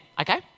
okay